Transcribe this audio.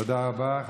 תודה רבה.